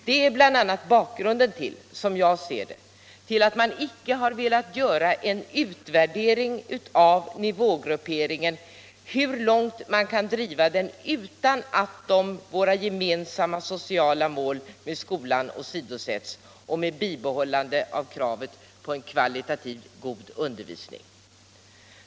Det är bl.a. bakgrunden till att utskottsmajoriteten inte har velat göra en utvärdering av hur långt man kan driva nivågrupperingen utan åsidosättande av våra gemensamma sociala mål med skolan och med bibehållande av kravet på en kvalitativt god undervisning.